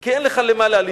כי אין לך למה להלין.